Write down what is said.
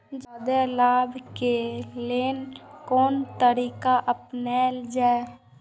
जादे लाभ के लेल कोन तरीका अपनायल जाय?